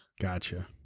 Gotcha